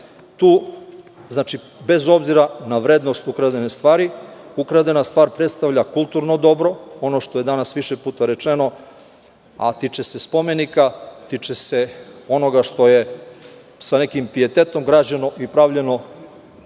bez obzira na vrednost ukradene stvari, ukradena stvar predstavlja kulturno dobro, ono što je danas više puta rečeno, a tiče se spomenika, tiče se onoga što je sa nekim pijetetom građeno i pravljeno